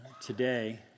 today